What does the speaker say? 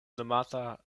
nomata